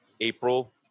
April